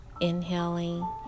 inhaling